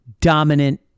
dominant